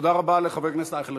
תודה רבה לחבר הכנסת אייכלר.